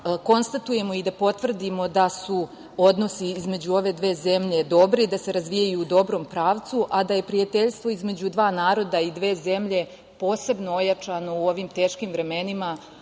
konstatujemo i da potvrdimo da su odnosi između ove dve zemlje dobri i da se razvijaju u dobrom pravcu, a da je prijateljstvo između dva naroda i dve zemlje posebno ojačano u ovim teškim vremenima,